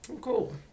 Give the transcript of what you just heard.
cool